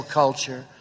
culture